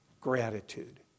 gratitude